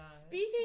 Speaking